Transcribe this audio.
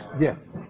Yes